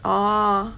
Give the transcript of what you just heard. orh